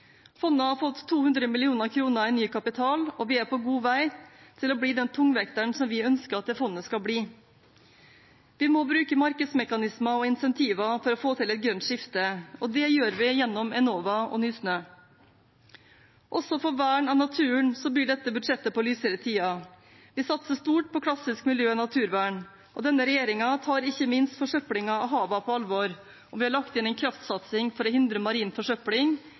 Fondet har fått 200 mill. kr i ny kapital og er på god vei til å bli den tungvekteren som vi ønsker at det fondet skal bli. Vi må bruke markedsmekanismer og incentiver for å få til et grønt skifte, og det gjør vi gjennom Enova og Nysnø. Også for vern av naturen byr dette budsjettet på lysere tider. Vi satser stort på klassisk miljø- og naturvern. Denne regjeringen tar ikke minst forsøplingen av havene på alvor, og vi har lagt inn en kraftsatsing for å hindre marin forsøpling